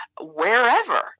wherever